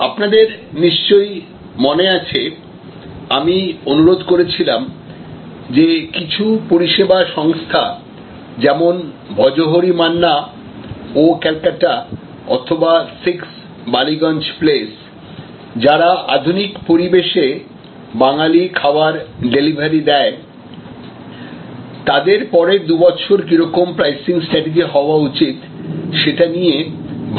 আপনাদের নিশ্চয়ই মনে আছে আমি অনুরোধ করেছিলাম যে কিছু পরিসেবা সংস্থা যেমন ভজহরি মান্না ও ক্যালকাটা অথবা 6 বালিগঞ্জ প্লেস যারা আধুনিক পরিবেশে বাঙালি খাবার ডেলিভারি দেয় তাদের পরের দুবছরে কিরকম প্রাইসিং স্ট্যাটিজি হওয়া উচিত সেটা নিয়ে ভাবনা চিন্তা করতে